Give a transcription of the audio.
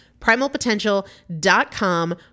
Primalpotential.com